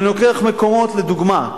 אני לוקח מקומות לדוגמה.